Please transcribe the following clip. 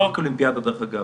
לא רק באולימפיאדה דרך אגב.